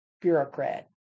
bureaucrat